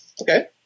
okay